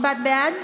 הצבעת בעד?